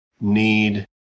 need